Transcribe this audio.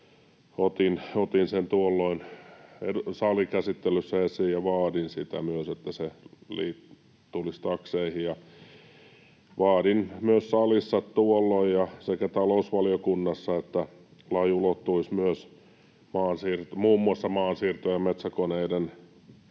otin sen tuolloin salikäsittelyssä esiin ja vaadin, että se tulisi myös takseihin. Tuolloin vaadin myös, sekä salissa että talousvaliokunnassa, että laki ulottuisi myös muun muassa maansiirto- ja metsäkoneisiin